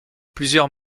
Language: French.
plusieurs